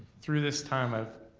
through this time, i've